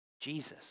Jesus